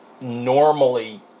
normally